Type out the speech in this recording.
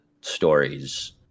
stories